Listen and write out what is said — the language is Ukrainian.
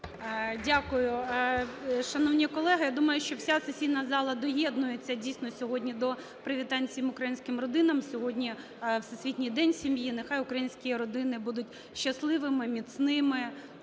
Дякую. Шановні колеги, я думаю, що вся сесійна зала доєднується, дійсно, сьогодні до привітань всім українським родинам. Сьогодні Всесвітній день сім'ї. Нехай українські родини будуть щасливими, міцними